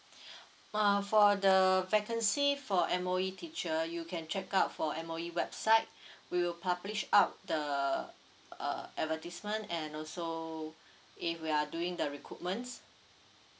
uh for the vacancy for M_O_E teacher you can check out for M_O_E website we will publish up the uh advertisement and also if we are doing the recruitments